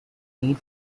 need